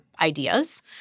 ideas